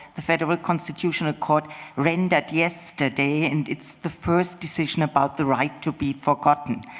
the federal constitutional court rendered yesterday. and it's the first decision about the right to be forgotten.